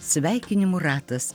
sveikinimų ratas